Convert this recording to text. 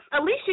Alicia